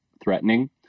threatening